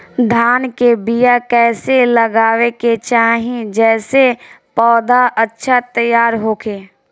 धान के बीया कइसे लगावे के चाही जेसे पौधा अच्छा तैयार होखे?